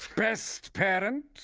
best parent?